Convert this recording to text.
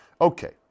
okay